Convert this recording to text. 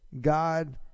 God